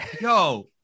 Yo